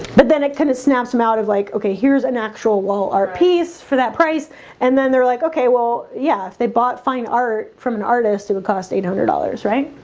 but then it kind of snaps them out of like okay, here's an actual wall art piece for that price and then they're like okay. well, yeah if they bought fine art from an artist, it would cost eight hundred dollars, right?